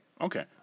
okay